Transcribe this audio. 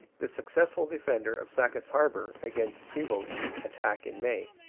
the successful defender of sackett's harbour against prevost's attack in may,